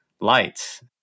lights